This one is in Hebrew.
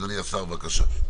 בבקשה, השר.